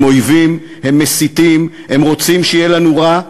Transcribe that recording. הם אויבים, הם מסיתים, הם רוצים שיהיה לנו רע.